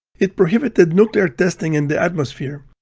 it prohibited nuclear testing in the atmosphere,